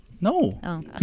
No